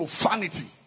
profanity